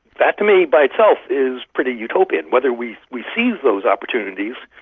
that, to me, by itself is pretty utopian, whether we we seize those opportunities,